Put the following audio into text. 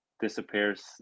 disappears